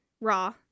Raw